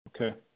Okay